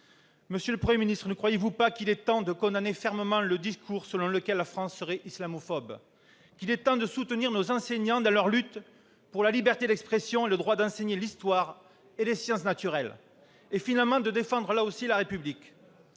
Monsieur le garde des sceaux, ne croyez-vous pas qu'il est temps de condamner fermement le discours selon lequel la France serait islamophobe ? Ne croyez-vous pas qu'il est temps de soutenir nos enseignants dans leur lutte pour la liberté d'expression et le droit d'enseigner l'histoire et les sciences naturelles et, finalement, de défendre, là aussi, la République ?